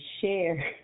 share